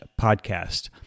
podcast